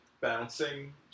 bouncing